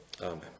amen